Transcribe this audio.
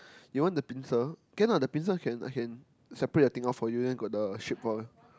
you want the pincer can lah the pincer can I can separate the thing off for you then got the shape all